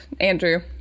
Andrew